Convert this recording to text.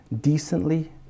decently